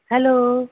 hello